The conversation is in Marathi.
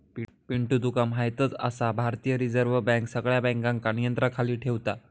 पिंटू तुका म्हायतच आसा, भारतीय रिझर्व बँक सगळ्या बँकांका नियंत्रणाखाली ठेवता